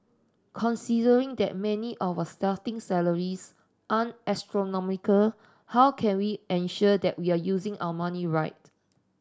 considering that many of our starting salaries aren't astronomical how can we ensure that we are using our money right